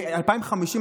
ב-2050,